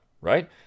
right